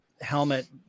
helmet